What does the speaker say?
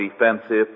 defensive